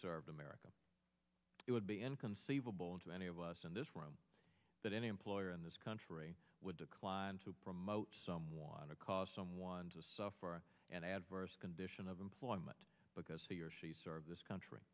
served america it would be inconceivable to any of us in this room that any employer in this country would decline to promote someone to cause someone to suffer an adverse condition of employment because he or she serve this country